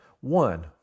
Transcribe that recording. One